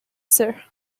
sir